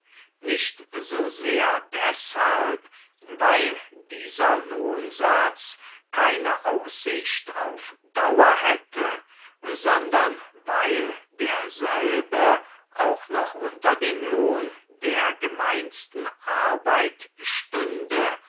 nicht so sehr deshalb weil dieser lohnsatz keine aussicht auf dauer hätte sondern weil derselbe auch noch unter dem lohn der gemeinsten arbeit